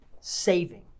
saving